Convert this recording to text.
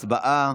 הצבעה.